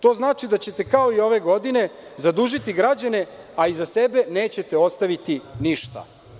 To znači da ćete kao i ove godine zadužiti građane, a iza sebe nećete ostaviti ništa.